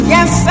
Yes